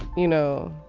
you know,